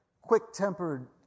quick-tempered